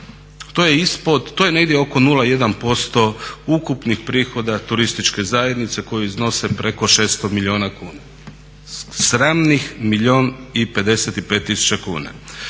tisuća kuna. To je negdje oko 0,1% ukupnih prihoda turističke zajednice koji iznose preko 600 milijuna kuna. Sramnih milijun i 55 tisuća kuna.